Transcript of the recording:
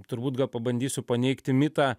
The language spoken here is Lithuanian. turbūt gal pabandysiu paneigti mitą